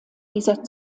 dieser